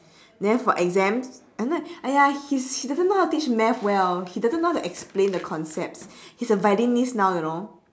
then for exams !aiya! he's' he doesn't know how to teach math well he doesn't know how to explain the concepts he's a violinist now you know